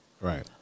right